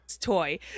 toy